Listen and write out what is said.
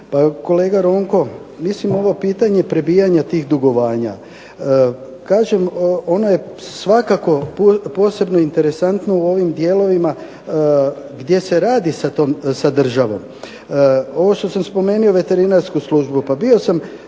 kolega Ronko mislim ovo pitanje prebijanja tih dugovanja. Kažem ono je svakako posebno interesantno u ovim dijelovima gdje se radi sa državom. Ovo što sam spomenuo veterinarsku službu. Pa bio sam